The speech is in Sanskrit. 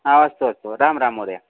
हा अस्तु अस्तु राम राम महोदय